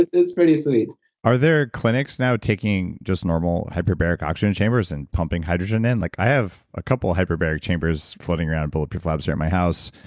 it's pretty sweet are there clinics now taking just normal hyperbaric oxygen chambers and pumping hydrogen in, like i have a couple of hyperbaric chambers floating around bulletproof labs here at my house.